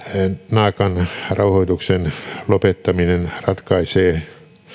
naakan rauhoituksen lopettaminen ratkaisee